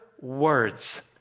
words